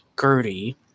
gertie